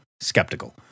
skeptical